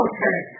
Okay